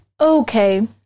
Okay